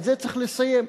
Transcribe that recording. את זה צריך לסיים.